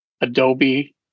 Adobe